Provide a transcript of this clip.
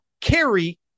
carry